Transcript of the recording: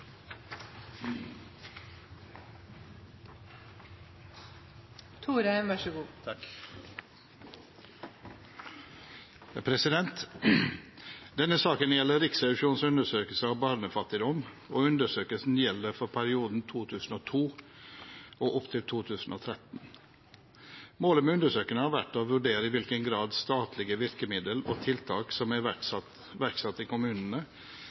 Thorheim. Denne saken gjelder Riksrevisjonens undersøkelse av barnefattigdom, og undersøkelsen gjelder for perioden 2002–2013. Målet med undersøkelsen har vært å vurdere i hvilken grad statlige virkemidler og tiltak som er iverksatt i kommunene,